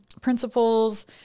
principles